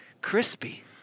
Crispy